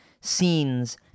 scenes